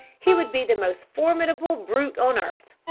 he would be the most formidable brute on earth.